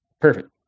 Perfect